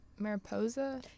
mariposa